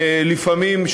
לפעמים,